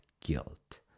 guilt